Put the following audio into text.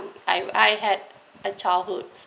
I I had a childhoods